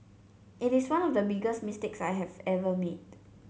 it is one of the biggest mistake I have ever made